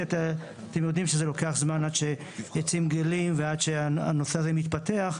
לוקח זמן עד שהנושא הזה מתפתח,